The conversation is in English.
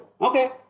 Okay